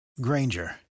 Granger